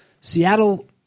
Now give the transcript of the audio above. Seattle